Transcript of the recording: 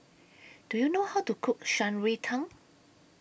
Do YOU know How to Cook Shan Rui Tang